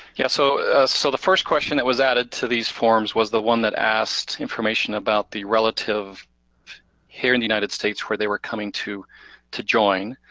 yeah so so the first question that was added to these forms was the one that asked information about the relative here in the united states where they were coming to to join.